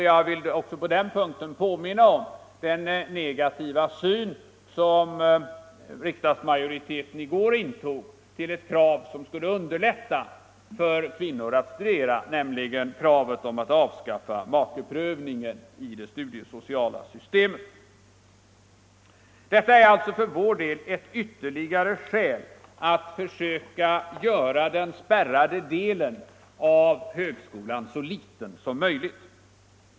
Jag vill också på den punkten påminna om den negativa ståndpunkt som riksdagsmajoriteten i går intog till ett förslag som skulle underlätta för kvinnor att studera, nämligen kravet att avskaffa makeprövningen i det studiesociala systemet. Detta är för vår del ett ytterligare skäl att försöka hålla den spärrade delen av högskolan så liten som möjligt.